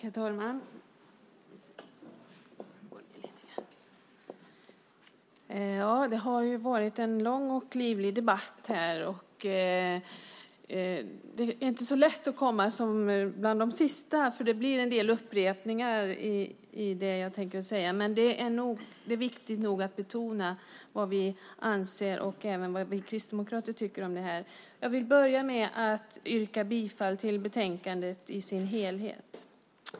Herr talman! Det har varit en lång och livlig debatt. Det är inte så lätt att komma som en av de sista talarna, för det blir en del upprepningar i och med det jag tänker säga. Men det är viktigt att betona vad vi anser och vad vi kristdemokrater tycker om det här. Jag börjar med att yrka bifall till utskottets förslag i betänkandet i dess helhet.